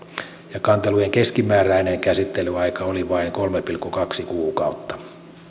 ja kantelujen keskimääräinen käsittelyaika oli vain kolme pilkku kaksi kuukautta